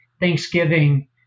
Thanksgiving